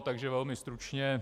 Takže velmi stručně.